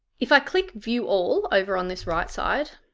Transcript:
if i click view all over on this right side,